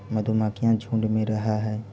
मधुमक्खियां झुंड में रहअ हई